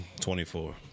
24